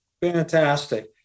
Fantastic